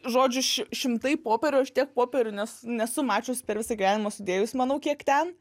žodžiu šimtai popierių aš tiek popierių nes nesu mačius per visą gyvenimą sudėjus manau kiek ten